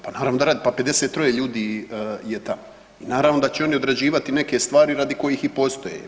Pa naravno da radi, pa 53-oje ljudi je tamo, naravno da će oni određivati neke stvari radi kojih i postoje.